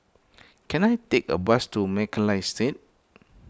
can I take a bus to